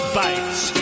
bites